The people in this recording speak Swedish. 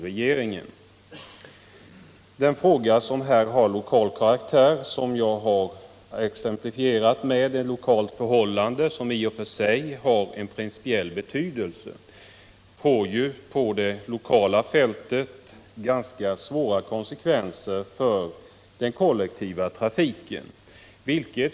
Den fråga av lokal karaktär som jag tagit som exempel har ju en principiell betydelse då den lokalt får ganska svåra konsekvenser för den kollektiva trafiken.